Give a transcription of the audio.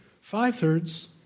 Five-thirds